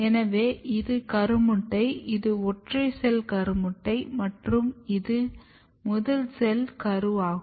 எனவே இது கருமுட்டை இது ஒற்றை செல் கருமுட்டை மற்றும் இது முதல் செல் கரு ஆகும்